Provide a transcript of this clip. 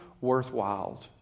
worthwhile